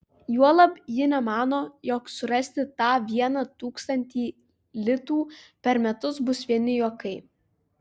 juolab ji nemano jog surasti tą vieną tūkstantį litų per metus bus vieni juokai